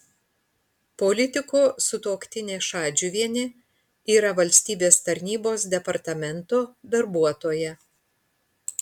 politiko sutuoktinė šadžiuvienė yra valstybės tarnybos departamento darbuotoja